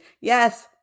Yes